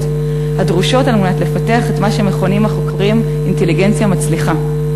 הדרושות כדי לפתח את מה שהחוקרים מכנים "אינטליגנציה מצליחה",